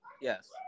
yes